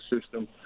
system